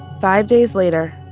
five days later,